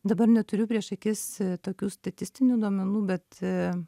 dabar neturiu prieš akis tokių statistinių duomenų bet